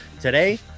Today